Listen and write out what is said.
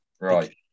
right